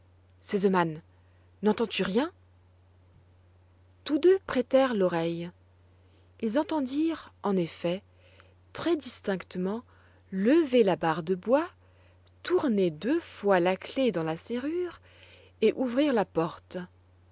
sesemann nentends tu rien tous deux prêtèrent l'oreille ils entendirent en effet très distinctement lever la barre de bois tourner deux fois la clef dans la serrure et ouvrir la porte